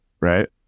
right